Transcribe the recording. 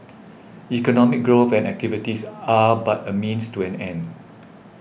economic growth and activities are but a means to an end